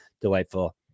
delightful